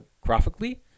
graphically